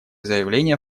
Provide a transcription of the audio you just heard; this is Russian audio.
заявление